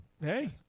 Hey